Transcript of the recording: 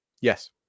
Yes